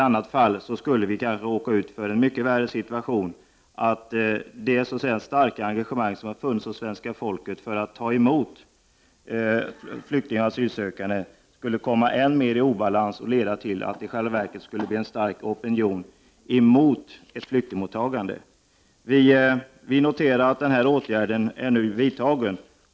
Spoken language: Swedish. I annat fall skulle vi kanske råka i en mycket värre situation, att det starka engagemang som har funnits hos svenska folket för att ta emot flyktingar skulle komma än mer i obalans och leda till att det blev en stark opinion mot flyktingmottagande. Vi noterar att denna åtgärd är vidtagen.